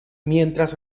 mientras